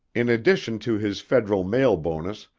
in addition to his federal mail bonus,